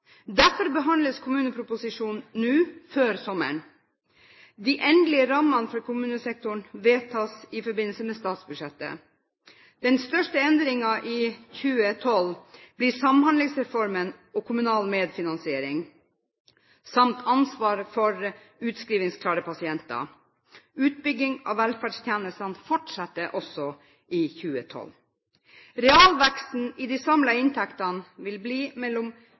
Derfor behandles kommuneproposisjonen nå før sommeren. De endelige rammene for kommunesektoren vedtas i forbindelse med statsbudsjettet. Den største endringen i 2012 blir Samhandlingsreformen og kommunal medfinansiering samt ansvaret for utskrivningsklare pasienter. Utbygging av velferdstjenestene fortsetter også i 2012. Realveksten i de samlede inntektene vil bli mellom